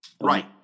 Right